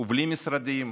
ובלי משרדים,